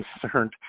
concerned